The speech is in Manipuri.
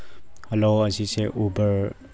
ꯍꯜꯂꯣ ꯑꯁꯤꯁꯦ ꯎꯕꯔ